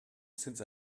since